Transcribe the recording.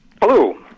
hello